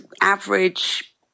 average